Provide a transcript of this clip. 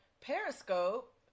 Periscope